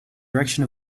direction